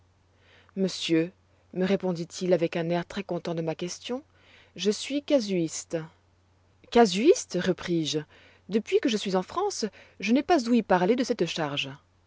monsieur me répondit-il avec un air très content de ma question je suis casuiste casuiste repris-je depuis que je suis en france je n'ai pas ouï parler de cette charge